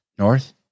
North